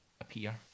appear